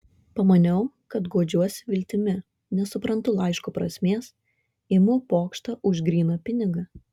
pamaniau kad guodžiuosi viltimi nesuprantu laiško prasmės imu pokštą už gryną pinigą